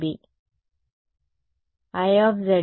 విద్యార్థి I A